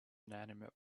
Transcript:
inanimate